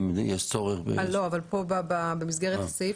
אבל במסגרת הסעיף.